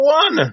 one